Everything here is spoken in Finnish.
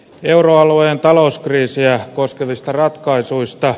euroalueen talouskriisiä koskevista ratkaisuista